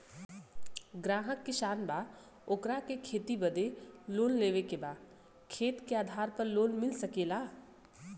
ग्राहक किसान बा ओकरा के खेती बदे लोन लेवे के बा खेत के आधार पर लोन मिल सके ला?